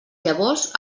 llavors